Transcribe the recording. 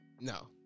No